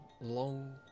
long